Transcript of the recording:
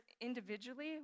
individually